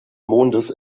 mondes